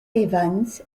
evans